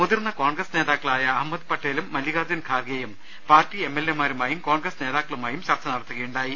മുതിർന്ന കോൺഗ്രസ് നേതാക്കളായ അഹമ്മദ് പട്ടേലും മല്ലികാർജ്ജുൻ ഗാർഖെയും പാർട്ടി എം എൽഎ മാരുമായും കോൺഗ്രസ് നേതാക്കളുമായും ചർച്ച നടത്തുകയുണ്ടായി